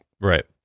Right